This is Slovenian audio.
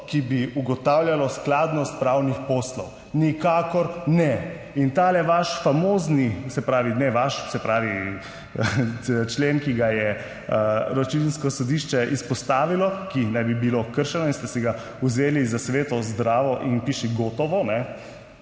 ki bi ugotavljalo skladnost pravnih poslov, nikakor ne. In ta vaš famozni, se pravi, ne vaš, se pravi, člen, ki ga je Računsko sodišče izpostavilo, ki naj bi bilo kršeno in ste si ga vzeli za sveto, zdravo in piši gotovo, pri